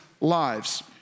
lives